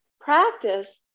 practice